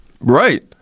Right